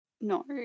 No